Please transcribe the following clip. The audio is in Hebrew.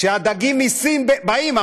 כשהדגים מסין באים,